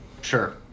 Sure